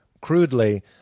crudely